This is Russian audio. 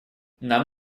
нам